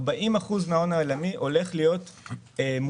40% מן ההון העולמי הולך להיות מושקע